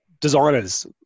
designers